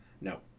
No